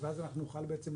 ואז אנחנו נוכל בעצם,